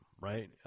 right